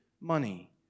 money